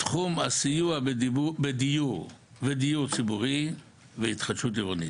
תחום הסיוע בדיור ודיור ציבורי, והתחדשות עירונית.